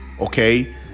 okay